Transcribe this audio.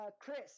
Chris